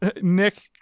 Nick